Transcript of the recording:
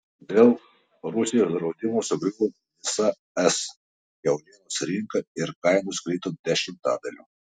dėl rusijos draudimų sugriuvo visa es kiaulienos rinka ir kainos krito dešimtadaliu